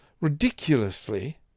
ridiculously